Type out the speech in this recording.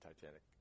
Titanic